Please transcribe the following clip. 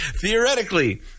Theoretically